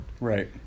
Right